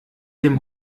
dem